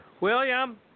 William